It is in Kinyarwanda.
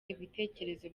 ibitekerezo